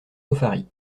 nauphary